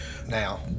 now